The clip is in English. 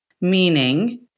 meaning